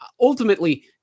Ultimately